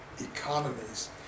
economies